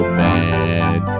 man